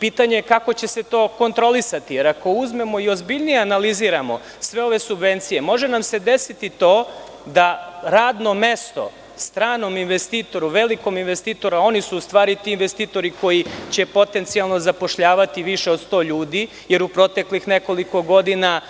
Pitanje je kako će se to kontrolisati, jer ako uzmemo i ozbiljnije analiziramo sve ove subvencije, može nam se desiti to da radno mesto stranom investitoru, velikom investitoru, a oni su u stvari ti investitori koji će potencijalno zapošljavati više od 100 ljudi, jer u proteklih nekoliko godina,